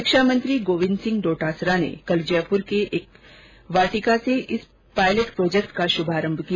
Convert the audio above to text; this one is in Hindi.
शिक्षा मंत्री गोविंद सिंह डोटासरा ने कल जयपुर के वाटिका से इस पायलट प्रोजेक्ट का श्भारंभ किया